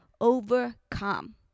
overcome